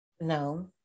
No